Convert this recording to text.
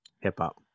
hip-hop